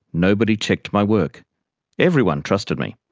nobody checked my work everyone trusted me.